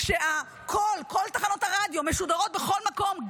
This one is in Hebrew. כשכל תחנות הרדיו משודרות בכל מקום,